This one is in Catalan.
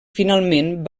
finalment